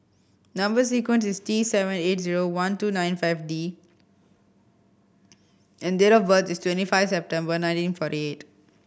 number sequence is T seven eight zero one two nine five T and date of birth is twenty five September nineteen forty eight